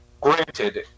Granted